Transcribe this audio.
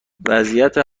وضعیت